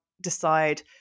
decide